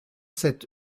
sept